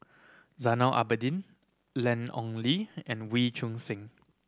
Zainal Abidin Ian Ong Li and Wee Choon Seng